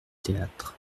théâtre